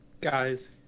Guys